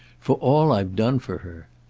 for all i've done for her!